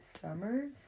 summers